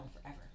forever